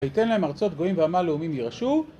ייתן להם ארצות גויים והמלאומים יירשו